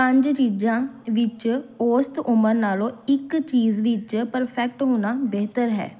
ਪੰਜ ਚੀਜ਼ਾਂ ਵਿੱਚ ਔਸਤ ਉਮਰ ਨਾਲੋਂ ਇੱਕ ਚੀਜ਼ ਵਿੱਚ ਪਰਫੈਕਟ ਹੋਣਾ ਬਿਹਤਰ ਹੈ